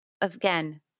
again